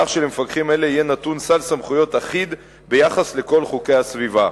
כך שלמפקחים אלה יהיה נתון סל סמכויות אחיד ביחס לכל חוקי הסביבה.